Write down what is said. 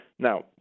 now